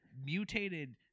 mutated